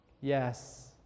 Yes